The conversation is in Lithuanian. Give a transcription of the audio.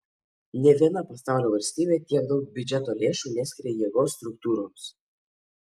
nė viena pasaulio valstybė tiek daug biudžeto lėšų neskiria jėgos struktūroms